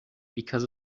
because